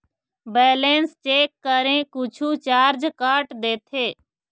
Balance check करें कुछू charge काट देथे?